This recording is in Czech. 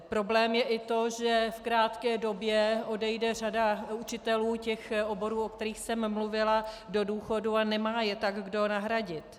Problém je i to, že v krátké době odejde řada učitelů těch oborů, o kterých jsem mluvila, do důchodu, a nemá je tak kdo nahradit.